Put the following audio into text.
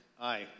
Aye